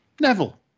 Neville